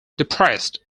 depressed